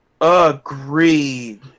Agreed